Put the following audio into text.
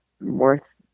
worth